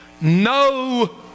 no